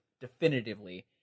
definitively